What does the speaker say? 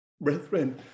Brethren